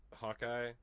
Hawkeye